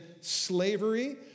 slavery